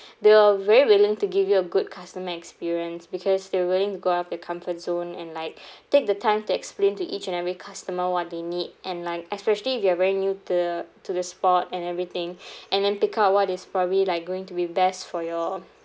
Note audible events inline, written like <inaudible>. they were very willing to give you a good customer experience because they were willing to go out of their comfort zone and like <breath> take the time to explain to each and every customer what they need and like especially if you are very new to the to the sport and everything <breath> and then pick out what is probably like going to be best for your